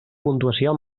puntuació